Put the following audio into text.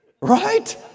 Right